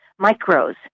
micros